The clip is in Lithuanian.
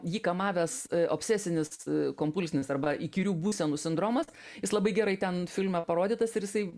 jį kamavęs obsesinis kompulsinis arba įkyrių būsenų sindromas jis labai gerai ten filme parodytas ir jisai